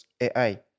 AI